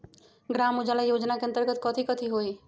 ग्राम उजाला योजना के अंतर्गत कथी कथी होई?